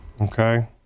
okay